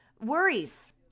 Worries